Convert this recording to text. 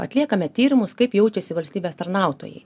atliekame tyrimus kaip jaučiasi valstybės tarnautojai